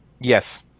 Yes